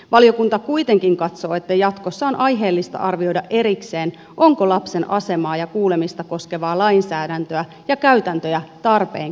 valiokunta kuitenkin katsoo että jatkossa on aiheellista arvioida erikseen onko lapsen asemaa ja kuulemista koskevaa lainsäädäntöä ja käytäntöjä tarpeen kehittää